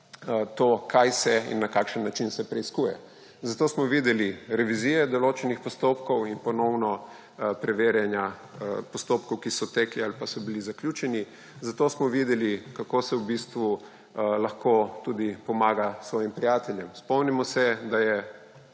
to, kaj se in na kakšen način se preiskuje. Zato smo videli revizije določenih postopkov in ponovno preverjanja postopkov, ki so tekli ali pa so bili zaključeni. Zato smo videli, kako se v bistvu lahko tudi pomaga svojim prijateljem. Spomnimo se, da je